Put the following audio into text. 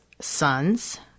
sons